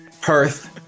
Perth